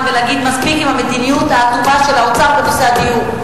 ולהגיד: מספיק עם המדיניות האטומה של האוצר בנושא הדיור,